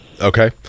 Okay